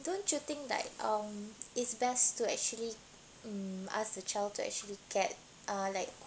don't you think like um it's best to actually mm ask a child to actually get uh like